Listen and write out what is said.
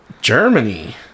Germany